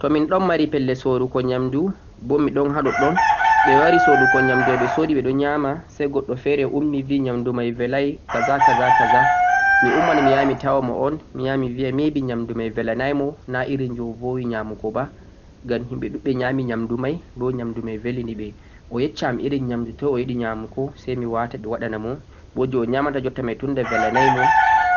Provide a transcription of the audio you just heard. to min ɗon mari pelle soorugo nyaamndu, bo mi ɗon ha ɗoɗɗon, ɓe wari soodugo nyaamndu may ɓe wari ɓe ɗon nyaama say goɗɗo feere ummi bi nyaamndu may beelay, 'kaza' 'kaza' 'kaza' mi umman mi yaha mi tawa mo un, mi yahan mi biyan may be nyaamndu may beelanay mo, na irin jee o howi nyaamugo ba ngam himɓe luɓɓe nyaam nyaamndu may boo nyaamndu may beelini ɓe, o yacca am irin nyaamndu toy o yiɗi nyaamugo say mi waata ɓe waɗa na mo, bo jee onyaamata jotta may tunda beelanay mo,